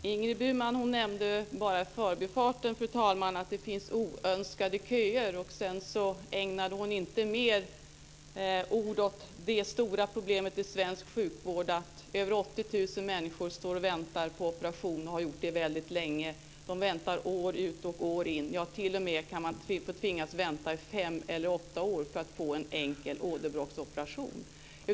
Fru talman! Ingrid Burman nämnde bara i förbifarten att det finns oönskade köer. Sedan ägnade hon inte fler ord åt det stora problemet i svensk sjukvård - att över 80 000 människor står och väntar på operation och har gjort det väldigt länge. De väntar år ut och år in. Man kan t.o.m. tvingas vänta i fem eller åtta år för att få en enkel åderbråcksoperation.